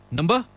Number